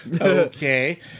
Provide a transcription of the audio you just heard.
Okay